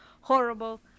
horrible